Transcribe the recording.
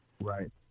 Right